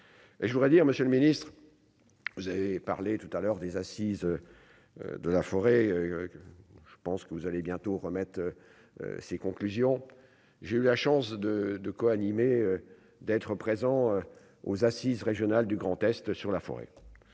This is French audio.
et je voudrais dire, Monsieur le Ministre, vous avez parlé tout à l'heure des Assises de la forêt, je pense que vous allez bientôt remettre ses conclusions, j'ai eu la chance de de quoi animer d'être présents aux assises régionales du Grand-Est sur la forêt